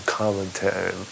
commentary